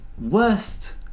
worst